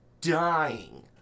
dying